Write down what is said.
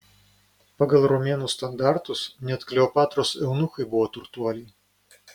pagal romėnų standartus net kleopatros eunuchai buvo turtuoliai